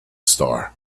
star